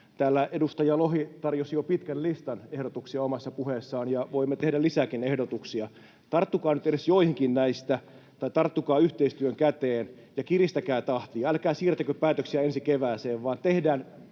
Täällä edustaja Lohi tarjosi jo pitkän listan ehdotuksia omassa puheessaan, ja voimme tehdä lisääkin ehdotuksia. Tarttukaa nyt edes joihinkin näistä, tai tarttukaa yhteistyön käteen ja kiristäkää tahtia. Älkää siirtäkö päätöksiä ensi kevääseen, vaan tehdään